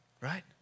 Right